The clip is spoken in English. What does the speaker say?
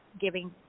giving